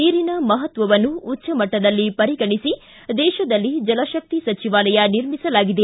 ನೀರಿನ ಮಹತ್ವವನ್ನು ಉಚ್ಚಮಟ್ಟದಲ್ಲಿ ಪರಿಗಣಿಸಿ ದೇಶದಲ್ಲಿ ಜಲಶಕ್ತಿ ಸಚಿವಾಲಯ ನಿರ್ಮಿಸಲಾಗಿದೆ